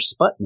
Sputnik